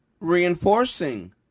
reinforcing